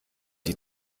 die